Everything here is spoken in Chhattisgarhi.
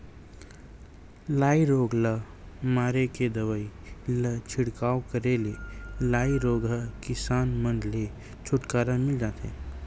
लाई रोग ल मारे के दवई ल छिड़काव करे ले लाई रोग ह किसान मन ले छुटकारा मिल जथे